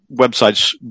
websites